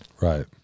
Right